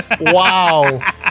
Wow